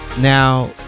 Now